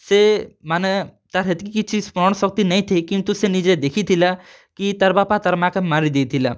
ସେ ମାନେ ତା'ର୍ ହେତ୍କି କିଛି ସ୍ମରଣଶକ୍ତି ନାଇଁଥାଇ କିନ୍ତୁ ସେ ନିଜେ ଦେଖିଥିଲା କି ତାର୍ ବାପା ତା'ର୍ ମାଆ'କେ ମାରି ଦେଇଥିଲା